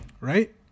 right